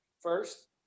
first